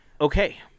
Okay